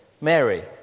Mary